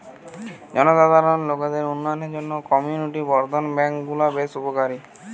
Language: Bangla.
জনসাধারণ লোকদের উন্নয়নের জন্যে কমিউনিটি বর্ধন ব্যাংক গুলো বেশ উপকারী